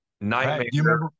Nightmare